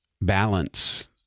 balance